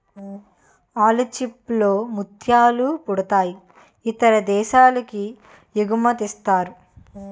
ఆల్చిచిప్పల్ లో ముత్యాలు పుడతాయి ఇతర దేశాలకి ఎగుమతిసేస్తారు